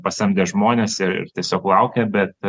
pasamdė žmones ir ir tiesiog laukė bet